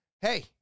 hey